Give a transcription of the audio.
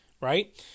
right